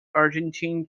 argentine